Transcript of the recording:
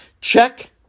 Check-